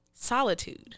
Solitude